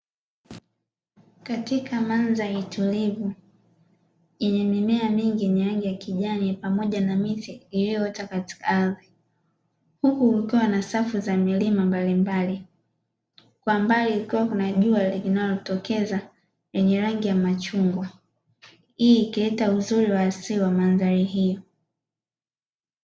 Katika mandhari tulivu yenye mimea mingi yenye rangi ya kijani pamoja na miti iliyoota katika ardhi; huku kukiwa na safu za milima mbalimbali, kwa mbali kukiwa kuna jua linalotokeza lenye rangi ya machungwa, hii ikileta uzuri wa asili wa mandhari hiyo.